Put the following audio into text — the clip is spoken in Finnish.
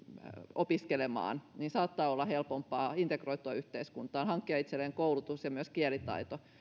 opiskelemaan saattaa olla helpompaa integroitua yhteiskuntaan hankkia itselleen koulutus ja myös kielitaito